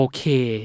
Okay